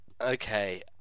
okay